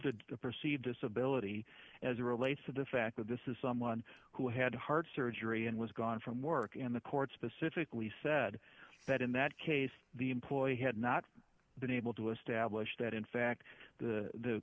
a perceived disability as it relates to the fact that this is someone who had heart surgery and was gone from work and the court specifically said that in that case the employee had not been able to establish that in fact the